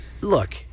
look